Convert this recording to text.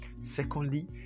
secondly